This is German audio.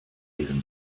diesen